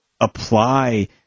apply